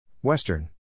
Western